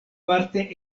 parte